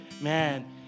man